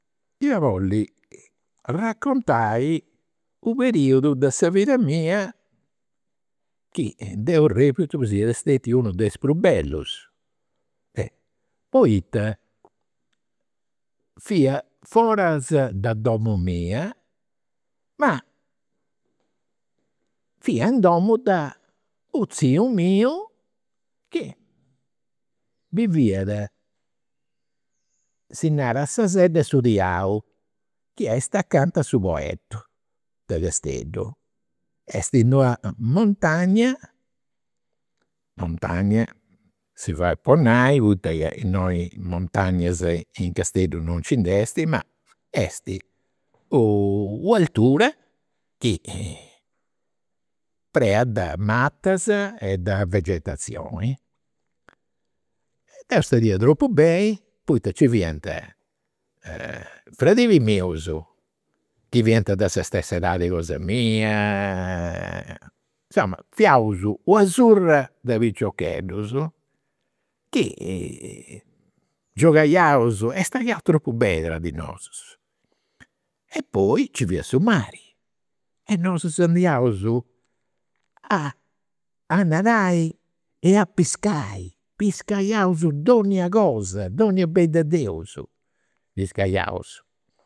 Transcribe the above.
Ia bolli raccontai u' periudu de sa vida mia chi deu reputu sia stetiu unu de is prus bellus. Poita fia foras de domu mia, ma fia in domu de u' ziu miu chi biviat, si narat, sa sedda de su diaulu, chi est acanta a su Poetto de Casteddu. Est in d'una montagna, montagna si fait po nai, poita ca innoi montagnas in Casteddu non nci nd'est, ma est u' altura chi, prena de matas e de vegetazioni. Deu stadiu tropu beni poita nci fiant fradilis mius chi fiant de sa stessa edadi cosa mia, insoma, fiaus una de piciocheddus chi giogaiaus e stadiaus tropu beni tra di nosus. E poi su mari, e nosus andiaus a nadai e a piscai. Piscaiaus donnia cosa, donnia beni de Deus. Piscaiaus